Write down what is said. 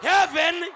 Heaven